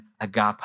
agape